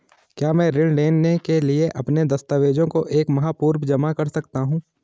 क्या मैं ऋण लेने के लिए अपने दस्तावेज़ों को एक माह पूर्व जमा कर सकता हूँ?